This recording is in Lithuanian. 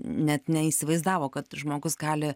net neįsivaizdavo kad žmogus gali